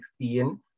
2016